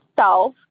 self